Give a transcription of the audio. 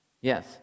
Yes